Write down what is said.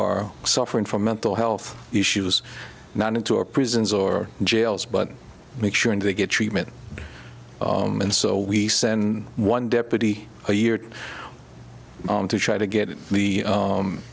are suffering from mental health issues not into our prisons or jails but make sure they get treatment and so we send one deputy a year to try to get the